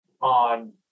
on